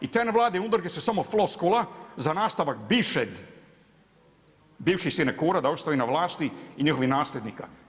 I tajne Vlade i udruge su samo floskula za nastavak bivšeg sinekura da ostaju na vlasti i njihovih nasljednika.